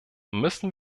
müssen